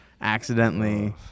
accidentally